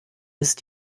ist